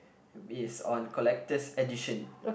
is on collector's edition